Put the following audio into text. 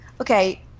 Okay